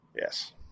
Yes